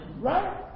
Right